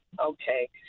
okay